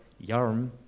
Yarm